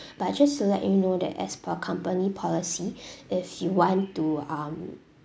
but just to let you know that as per company policy if you want to um